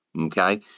Okay